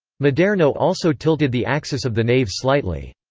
maderno also tilted the axis of the nave slightly.